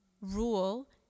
rule